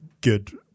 good